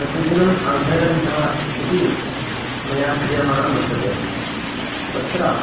प्रतिदिनम् अर्धघण्टा इति मया क्रियमाणं वर्तते तत्र